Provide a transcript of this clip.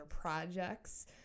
projects